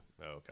okay